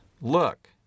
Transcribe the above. Look